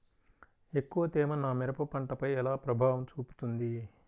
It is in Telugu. ఎక్కువ తేమ నా మిరప పంటపై ఎలా ప్రభావం చూపుతుంది?